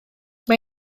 mae